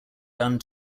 done